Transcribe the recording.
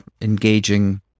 engaging